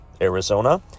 Arizona